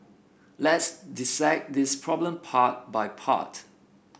let's dissect this problem part by part